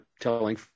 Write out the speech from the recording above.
telling